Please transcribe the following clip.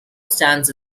stands